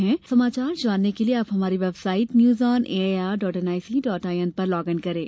ताजा समाचार जानने के लिए आप हमारी website news on A I R dot N I C dot I N पर लॉग इन करें